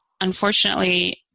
unfortunately